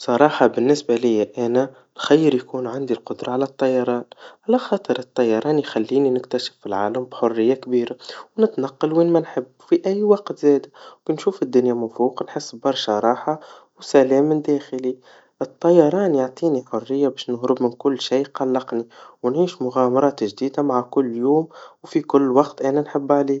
بصراحا بالنسبا لي ا أنا, نخير يكون عندي القدرا على الطيران, على خاطر الطيران يخليني نكتشف العالم بحريا كبيرا, ونتنقل وين ما نحب, وفي أي وقت زاد, ونسشوف الدنيا من فوق ونحس ببرشا راحا وسلاماً داخلي, الطيران يعطيني حريا باش نهرب من كل شي يقلقني, ونعيش مغامرات جديدا مع كل يوم, وفي كل وقت أنا نحب عليه.